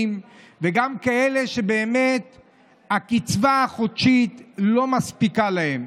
וגם כאלה שהקצבה החודשית לא מספיקה להם.